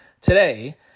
today